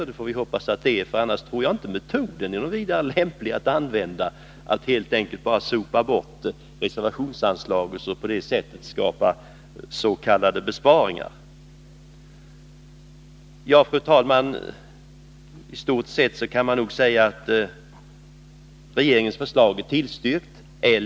Vi får hoppas det, för annars tror jag inte metoden är något vidare lämplig att använda — att helt enkelt sopa bort reservationsanslaget och på det sättet skapa s.k. besparingar. Fru talman! I stort sett kan man nog säga att regeringens förslag är tillstyrkt.